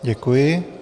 Děkuji.